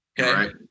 Okay